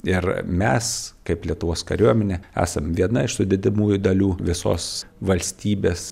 ir mes kaip lietuvos kariuomenė esam viena iš sudedamųjų dalių visos valstybės